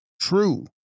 true